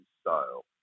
style